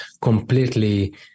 completely